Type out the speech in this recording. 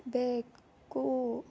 ಬೆಕ್ಕು